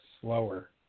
slower